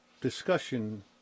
discussion